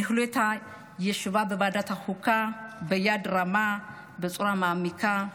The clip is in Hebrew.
שניהלו ישיבה בוועדת החוקה ביד רמה, בצורה מעמיקה.